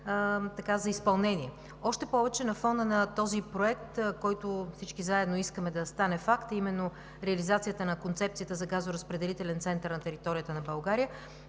за изпълнение. Още повече на фона на този проект, който всички заедно искаме да стане факт, а именно реализацията на Концепцията за газоразпределителен център на територията на България,